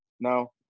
Now